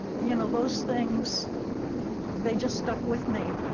you know, those things they just stuck with me.